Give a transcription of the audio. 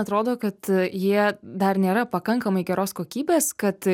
atrodo kad jie dar nėra pakankamai geros kokybės kad